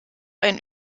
ein